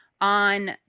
on